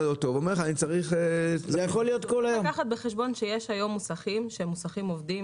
צריך לקחת בחשבון שהיום יש מוסכים שהם מוסכים עובדים